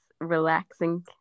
relaxing